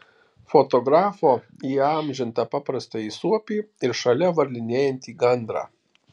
fotografo įamžintą paprastąjį suopį ir šalia varlinėjantį gandrą